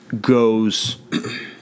goes